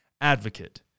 advocate